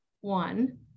one